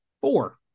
four